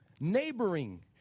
neighboring